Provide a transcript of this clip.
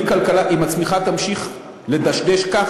אם הצמיחה תמשיך לדשדש כך,